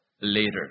later